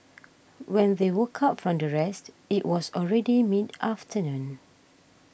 when they woke up from their rest it was already mid afternoon